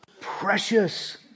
precious